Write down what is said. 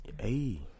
Hey